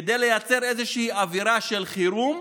כדי לייצר איזושהי אווירה של חירום.